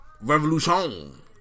Revolution